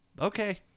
okay